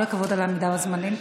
כל הכבוד על העמידה בזמנים.